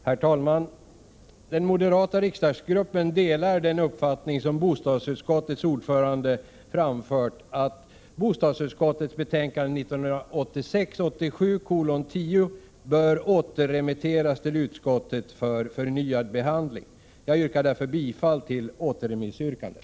Herr talman! Den moderata riksdagsgruppen delar den uppfattning som bostadsutskottets ordförande har framfört, dvs. att bostadsutskottets betänkande 1986/87:10 bör återremitteras till utskottet för förnyad behandling. Jag yrkar därför bifall till återremissyrkandet.